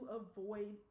avoid